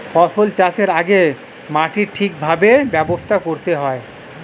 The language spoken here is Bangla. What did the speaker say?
ফসল চাষের আগে মাটির সঠিকভাবে ব্যবস্থা করতে হয়